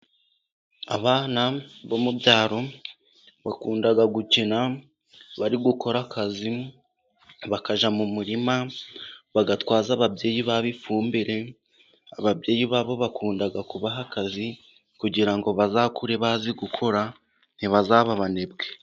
Abana bo mubyaro bakunda gukina bari gukora akazi, bakajya mu murima bagatwaza ababyeyi babo ifumbire, ababyeyi babo bakunda kubaha akazi, kugira ngo bazakure bazi gukora ntibazabe abanebwe.